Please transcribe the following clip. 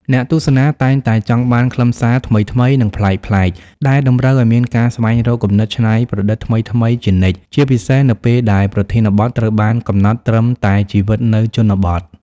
អ្នកទស្សនាតែងតែចង់បានខ្លឹមសារថ្មីៗ និងប្លែកៗ ដែលតម្រូវឲ្យមានការស្វែងរកគំនិតច្នៃប្រឌិតថ្មីៗជានិច្ច ជាពិសេសនៅពេលដែលប្រធានបទត្រូវបានកំណត់ត្រឹមតែជីវិតនៅជនបទ។